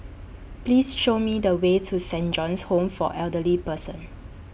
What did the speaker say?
Please Show Me The Way to Saint John's Home For Elderly Person